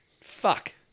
fuck